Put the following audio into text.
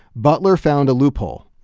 butler found a loophole.